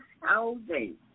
housing